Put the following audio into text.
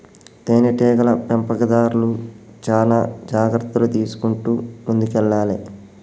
తేనె టీగల పెంపకందార్లు చానా జాగ్రత్తలు తీసుకుంటూ ముందుకెల్లాలే